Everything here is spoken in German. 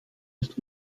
ist